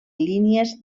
línies